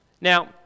now